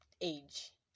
age